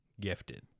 gifted